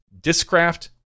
Discraft